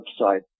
website